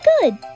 good